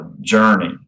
journey